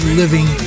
living